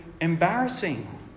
embarrassing